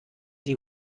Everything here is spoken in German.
die